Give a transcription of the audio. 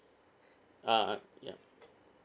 uh ya